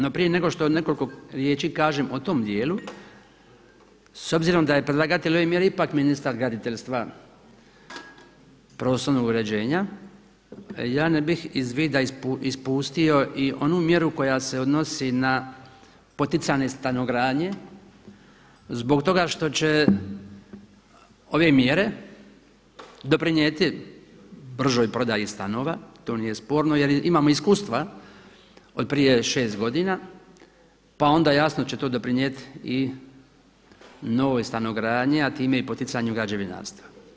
No prije nego što nekoliko riječi kažem o tom dijelu, s obzirom da je predlagatelj ove mjere ipak ministar graditeljstva prostornog uređenja, ja ne bih iz vida ispustio i onu mjeru koja se odnosi na poticanje stanogradnje zbog toga što će ove mjere doprinijeti bržoj prodaji stanova, to nije sporno jer imamo iskustva od prije šest godina pa onda jasno će to doprinijeti i novoj stanogradnji, a time i poticanju građevinarstva.